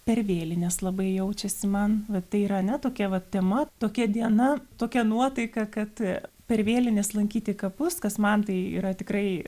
per vėlines labai jaučiasi man vat tai yra ane tokia vat tema tokia diena tokia nuotaika kad per vėlines lankyti kapus kas man tai yra tikrai